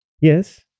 Yes